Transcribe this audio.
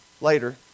later